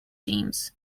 teams